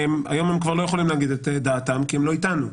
היום הם כבר לא יכולים להגיד את דעתם כי הם לא איתנו.